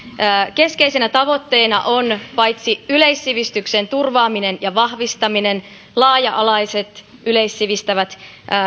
keskeisenä tavoitteena on paitsi yleissivistyksen turvaaminen ja vahvistaminen laaja alaiset yleissivistävät